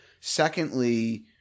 secondly